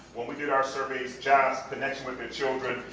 when we did our surveys, jobs, connection with their children,